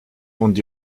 und